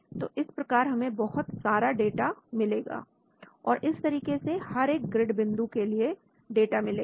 तो इस प्रकार हमें बहुत सा डाटा मिलेगा और इस तरीके के हर एक ग्रिड बिंदु के लिए डाटा मिलेगा